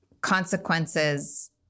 consequences